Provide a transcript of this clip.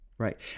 right